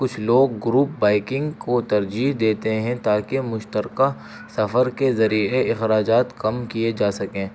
کچھ لوگ group biking کو ترجیح دیتے ہیں تاکہ مشترکہ سفر کے ذریعے اخراجات کم کیے جا سکیں